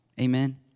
Amen